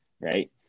Right